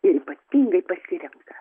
ir ypatingai pasirenka